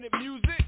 music